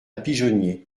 pigeonnier